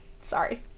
Sorry